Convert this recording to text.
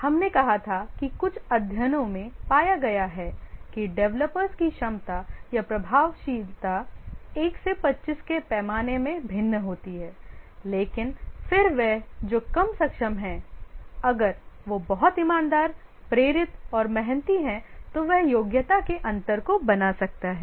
हमने कहा था कि कुछ अध्ययनों में पाया गया है कि डेवलपर्स की क्षमता या प्रभावशीलता 1 से 25 के पैमाने में भिन्न होती है लेकिन फिर वह जो कम सक्षम है अगर वह बहुत ईमानदार प्रेरित और मेहनती है तो वह योग्यता के अंतर को बना सकता है